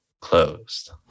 closed